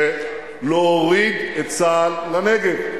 זה להוריד את צה"ל לנגב.